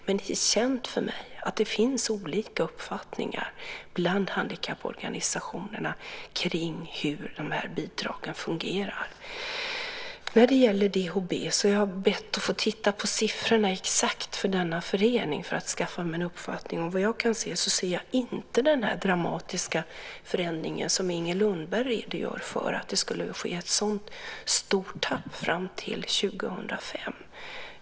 Men det är känt för mig att det finns olika uppfattningar bland handikapporganisationerna om hur bidragen fungerar. Jag har bett att få titta på de exakta siffrorna för föreningen DHB för att skaffa mig en uppfattning. Jag kan inte se den dramatiska förändring som Inger Lundberg redogör för och att det skulle ske ett sådant stort tapp fram till 2005.